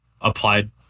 applied